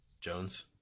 Jones